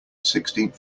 sixteenth